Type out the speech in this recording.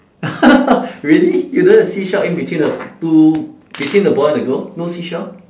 really you don't have seashell in between the two between the boy and the girl no seashell